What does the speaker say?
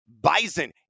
Bison